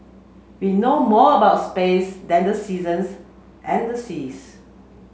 we know more about space than the seasons and the seas